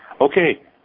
Okay